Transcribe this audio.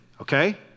okay